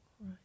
Right